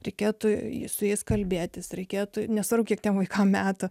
reikėtų su jais kalbėtis reikėtų nesvarbu kiek tiem vaikam metų